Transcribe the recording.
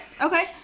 Okay